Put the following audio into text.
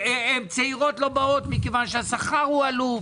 וצעירות לא באות כי השכר עלוב.